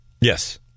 Yes